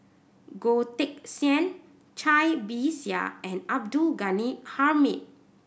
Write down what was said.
Goh Teck Sian Cai Bixia and Abdul Ghani Hamid